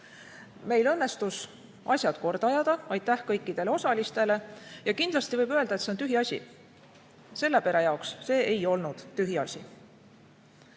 Meil õnnestus asjad korda ajada. Aitäh kõikidele osalistele! Kindlasti võib öelda, et see on tühiasi, aga selle pere jaoks see ei olnud